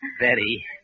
Betty